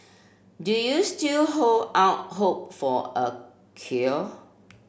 do you still hold out hope for a cure